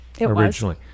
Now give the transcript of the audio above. originally